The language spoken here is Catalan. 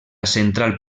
central